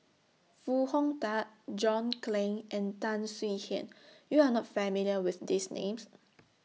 Foo Hong Tatt John Clang and Tan Swie Hian YOU Are not familiar with These Names